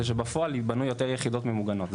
שבפועל ייבנו יותר יחידות ממוגנות,